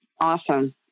Awesome